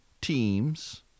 teams